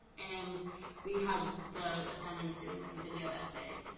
and we had the assignment of doing like a video essay,